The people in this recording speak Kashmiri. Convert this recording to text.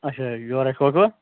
اچھا یورے سوزو